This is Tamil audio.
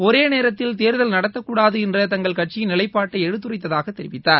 ஒரே நேரத்தில் தேர்தல் நடத்தக்கூடாது என்ற தங்கள் கட்சியின் நிலைப்பாட்டை எடுத்துரைத்ததாக தெரிவித்தார்